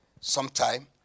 sometime